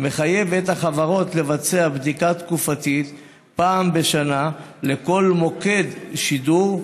מחייב את החברות לעשות בדיקה תקופתית פעם בשנה לכל מוקד שידור,